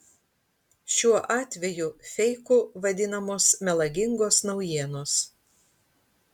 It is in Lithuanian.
šiuo atveju feiku vadinamos melagingos naujienos